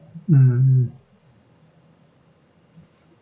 mmhmm